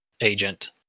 agent